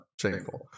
shameful